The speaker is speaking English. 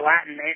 Latin